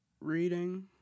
reading